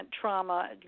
trauma